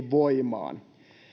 voimaan